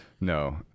No